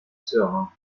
serein